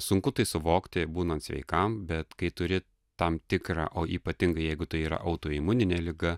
sunku tai suvokti būnant sveikam bet kai turi tam tikrą o ypatingai jeigu tai yra autoimuninė liga